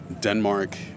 Denmark